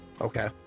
Okay